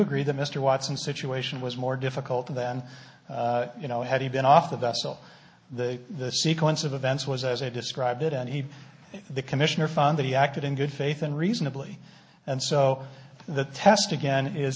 agree that mr watson situation was more difficult then you know had he been off the vessel the sequence of events was as i described it and he the commissioner found that he acted in good faith and reasonably and so the test again is